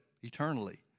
eternally